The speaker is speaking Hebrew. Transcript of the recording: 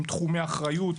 עם תחומי אחריות,